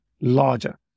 larger